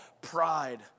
pride